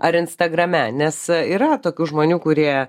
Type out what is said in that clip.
ar instagrame nes yra tokių žmonių kurie